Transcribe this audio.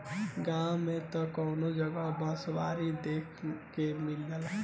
गांव में त कवनो जगह बँसवारी देखे के मिल जाला